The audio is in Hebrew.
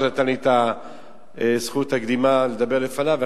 שנתן לי את זכות הקדימה לדבר לפניו,